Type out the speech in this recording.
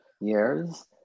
years